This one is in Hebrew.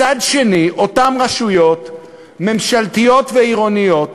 מצד שני, אותן רשויות ממשלתיות ועירוניות